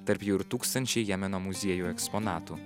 tarp jų ir tūkstančiai jemeno muziejų eksponatų